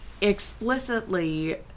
explicitly